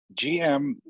gm